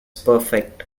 perfect